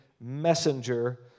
messenger